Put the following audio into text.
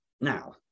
Now